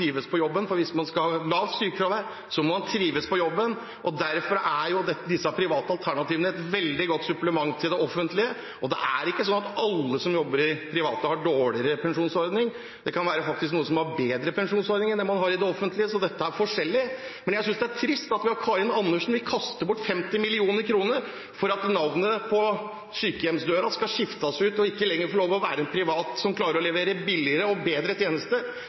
trives på jobben. Hvis man skal ha lavt sykefravær, må en trives på jobben. Derfor er disse private alternativene et veldig godt supplement til det offentlige tilbudet. Det er ikke sånn at alle som jobber i det private, har dårligere pensjonsordning. Det kan faktisk være noen som har bedre pensjonsordninger enn det man har i det offentlige, så dette er forskjellig. Jeg synes det er trist at Karin Andersen vil kaste bort 50 mill. kr for å skifte ut navnet på sykehjemsdøren, og at det ikke lenger skal være lov å være en privat aktør som klarer å levere billigere og bedre tjenester